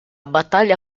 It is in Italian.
battaglia